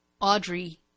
Audrey